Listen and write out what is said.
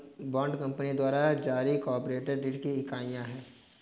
bond company द्वारा जारी corporate ऋण की इकाइयां हैं